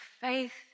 faith